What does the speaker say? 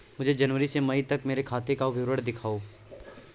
मुझे जनवरी से मई तक मेरे खाते का विवरण दिखाओ?